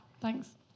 Thanks